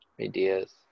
ideas